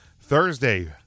Thursday